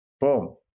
boom